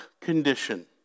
condition